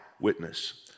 witness